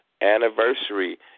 anniversary